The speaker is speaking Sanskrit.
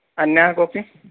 अन्यः कोपि